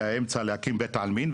באמצע להקים בית עלמין,